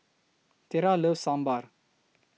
Tera loves Sambar